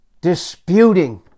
Disputing